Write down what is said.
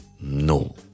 No